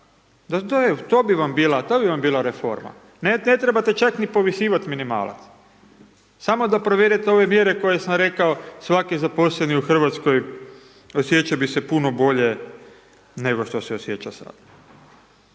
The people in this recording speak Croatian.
to bi vam bila reforma. Ne trebate čak ni povisivati minimalac, samo da provedete ovo mjere koje sam rekao, svaki zaposleni u Hrvatskoj, osjećao bi se puno bolje nego što se osjeća sad.